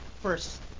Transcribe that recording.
first